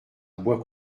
bois